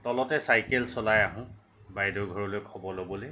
তলতে চাইকেল চলাই আহোঁ বাইদেউ ঘৰলৈ খবৰ ল'বলৈ